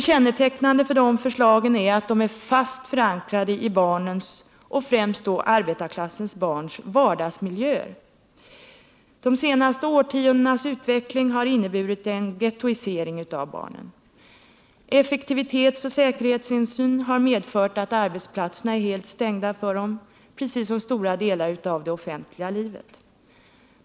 Kännetecknande för dessa förslag är att de är fast förankrade i barnens och främst då i arbetarklassens barns vardagsmiljöer. De senaste årtiondenas utveckling har inneburit en gettoisering av barnen. Effektivitetsoch säkerhetshänsyn har medfört att arbetsplatserna är helt stängda för dem precis som stora delar av det offentliga livet.